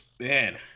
Man